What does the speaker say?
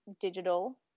digital